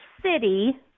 city